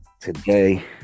Today